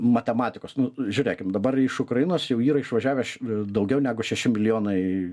matematikos žiūrėkim dabar iš ukrainos jau yra išvažiavęs daugiau negu šeši milijonai